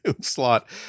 slot